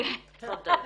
בבקשה.